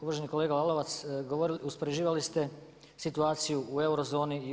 Uvaženi kolega Lalovac, uspoređivali ste situaciju u euro zoni i u RH.